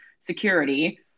security